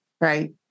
Right